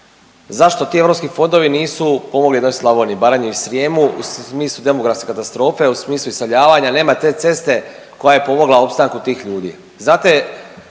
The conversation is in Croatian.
Zašto ti europski fondovi nisu pomogli jednoj Slavoniji, Baranji i Srijemu u smislu demografske katastrofe, u smislu iseljavanja. Nema te ceste koja je pomogla opstanku tih ljudi.